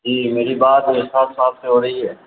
جی میری بات اسحاق صاحب سے ہو رہی ہے